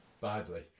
badly